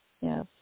Yes